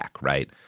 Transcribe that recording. right